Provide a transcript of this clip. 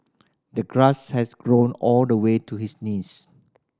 the grass has grown all the way to his knees